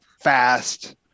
fast